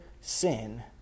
sin